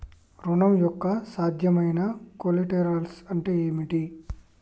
ఋణం యొక్క సాధ్యమైన కొలేటరల్స్ ఏమిటి?